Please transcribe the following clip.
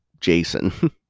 Jason